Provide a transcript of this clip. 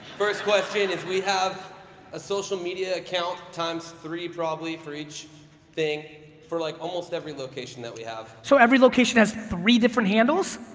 first question is we have a social media account times three, probably for each thing, for like almost every location that we have. so, every location has three different handles?